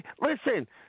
Listen